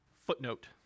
footnote